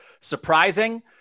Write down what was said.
surprising